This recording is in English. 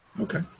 Okay